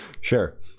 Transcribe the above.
Sure